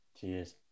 Cheers